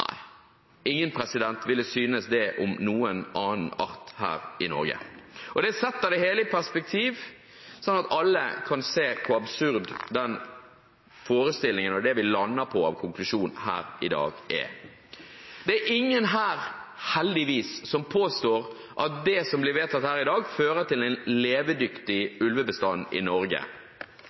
ville synes det om noen annen art her i Norge. Det setter det hele i et perspektiv, sånn at alle kan se hvor absurd den forestillingen og de konklusjonene vi lander på i dag, er. Det er ingen her – heldigvis – som påstår at det som blir vedtatt her i dag, fører til en levedyktig ulvebestand i Norge.